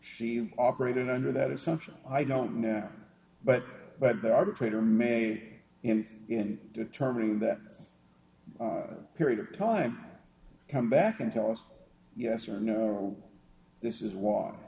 she operated under that assumption i don't know but but the arbitrator may him in determining that period of time come back and tell us yes or no this is long